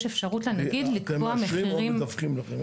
יש אפשרות לנגיד לקבוע מחירים --- אתם מאשרים או מדווחים לכם?